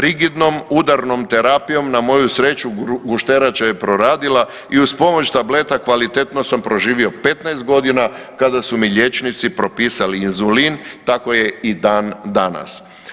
Rigidnom, udarnom terapijom na moju sreću gušterača je proradila i uz pomoć tableta kvalitetno sam proživio 15 godina kada su mi liječnici propisali Inzulin, tako je i dan danas.